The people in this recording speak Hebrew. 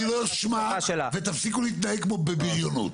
אני לא אשמע ותפסיקו להתנהג בבריונות.